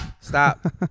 Stop